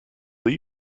will